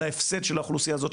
על ההפסד של האוכלוסייה הזו,